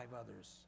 others